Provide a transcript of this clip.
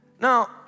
Now